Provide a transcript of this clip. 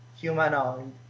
humanoid